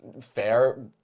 Fair